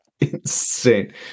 insane